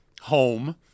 Home